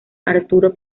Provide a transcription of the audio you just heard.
arturo